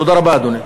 תודה רבה, אדוני.